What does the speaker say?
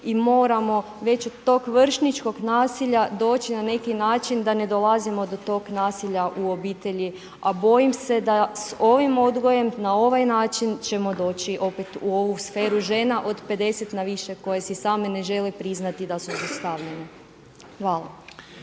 i moramo već od tog vršničkog nasilja doći na neki način da ne dolazimo do tog nasilja u obitelji. A bojim se da s ovim odgojem na ovaj način ćemo doći opet u ovu sferu žena od 50 na više koje si same ne žele priznati da su zlostavljene. Hvala.